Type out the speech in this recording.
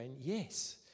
Yes